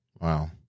Wow